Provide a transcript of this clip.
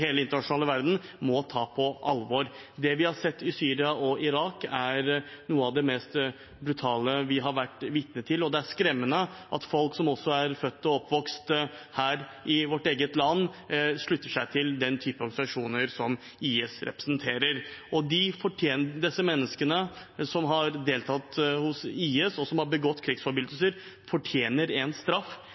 hele den internasjonale verden må ta på alvor. Det vi har sett i Syria og Irak, er noe av det mest brutale vi har vært vitne til, og det er skremmende at også folk som er født og oppvokst her i vårt eget land, slutter seg til den type organisasjoner som IS representerer. De menneskene som har deltatt i IS, og som har begått krigsforbrytelser, fortjener en straff